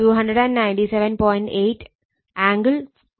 8 angle 43